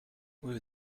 will